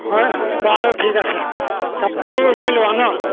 হয় বাৰু ঠিক আছে কাপোৰ লৈ লোৱা ন